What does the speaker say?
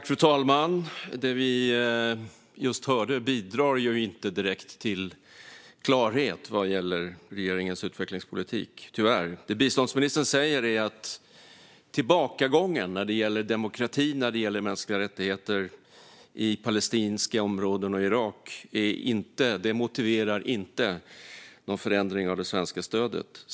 Fru talman! Det vi just hörde bidrar tyvärr inte direkt till klarhet vad gäller regeringens utvecklingspolitik. Det biståndsministern säger är att tillbakagången när det gäller demokrati och mänskliga rättigheter i palestinska områden och i Irak inte motiverar någon förändring av det svenska stödet.